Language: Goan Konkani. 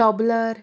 टॉबलर